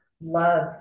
love